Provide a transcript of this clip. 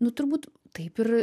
nu turbūt taip ir